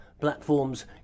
platforms